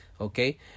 okay